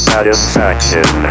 Satisfaction